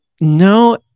no